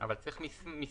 אבל צריך מסמך.